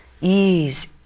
ease